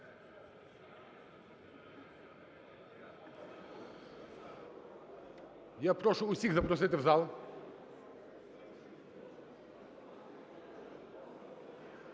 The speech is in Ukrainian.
Я прошу всіх запросити в зал.